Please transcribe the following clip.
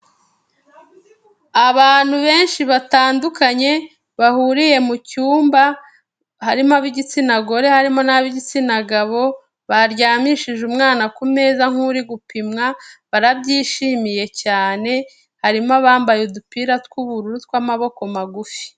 Abantu benshi batandukanye bahuriye mu cyumba, harimo ab'igitsina gore, harimo n'ab'igitsina gabo, baryamishije umwana ku meza nk'uri gupimwa barabyishimiye cyane, harimo abambaye udupira tw'ubururu tw'amaboko magufi.